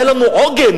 היה לנו עוגן,